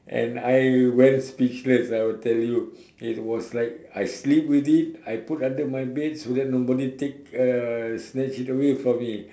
and I went speechless I will tell you it was like I sleep with it I put under my bed so then nobody take uh snatch it away from me